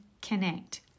connect